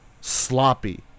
sloppy